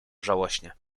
żałośnie